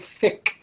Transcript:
thick